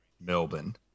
Melbourne